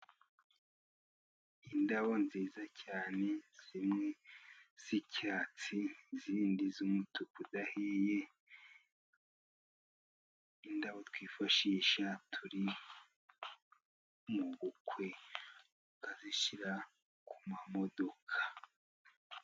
Indabo nziza cyane, zimwe z'icyatsi, izindi z'umutuku udahiye, indabo twifashisha turi mubu bukwe, ukazishyira ku mamodoka.